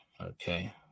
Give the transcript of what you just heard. Okay